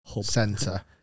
center